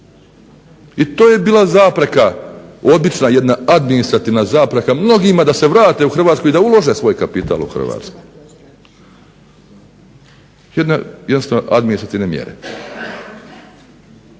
I to je bila zapreka, administrativna zapreka mnogima da se vrate u Hrvatsku i da ulože svoj kapital u Hrvatsku, jednostavno administrativne mjere.